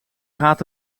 gaat